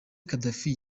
gaddafi